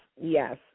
Yes